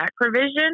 provision